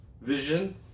Vision